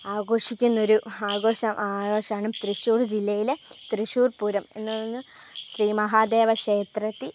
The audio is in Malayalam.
ആഘോഷിക്കുന്നൊരു ആഘോഷാ ആഘോഷമാണ് തൃശ്ശൂർ ജില്ലയിലെ തൃശ്ശൂർ പൂരം എന്നു പറഞ്ഞാൽ ശ്രീ മഹാദേവക്ഷേത്രത്തിൽ